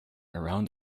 around